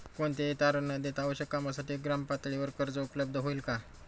कोणतेही तारण न देता आवश्यक कामासाठी ग्रामपातळीवर कर्ज उपलब्ध होईल का?